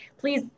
please